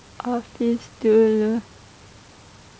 I think so